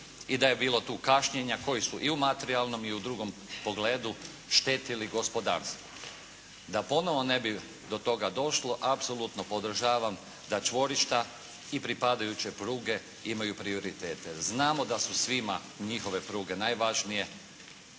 i da je bilo tu kašnjenja koji su i u materijalnom i u drugom pogledu štetili gospodarstvu. Da ponovo ne bi do toga došlo apsolutno podržavam da čvorišta i pripadajuće pruge imaju prioritete. Znamo da su svima njihove pruge najvažnije,